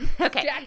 okay